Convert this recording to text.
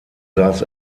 saß